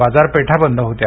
बाजारपेठा बंद होत्या